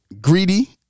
greedy